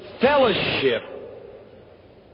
fellowship